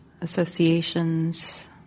associations